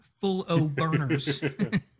full-o'-burners